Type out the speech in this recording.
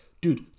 dude